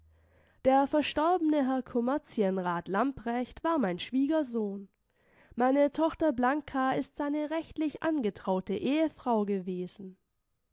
der verstorbene herr kommerzienrat lamprecht war mein schwiegersohn meine tochter blanka ist seine rechtlich angetraute ehefrau gewesen